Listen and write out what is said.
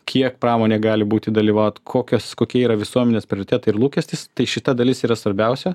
kiek pramonė gali būti dalyvaut kokias kokie yra visuomenės prioritetai ir lūkestis tai šita dalis yra svarbiausia